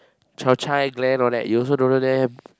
Chao-Chai Glenn all that you also don't know them